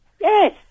Yes